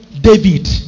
David